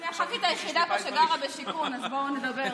אני הח"כית היחידה פה שגרה בשיכון, אז בואו נדבר.